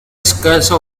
escasa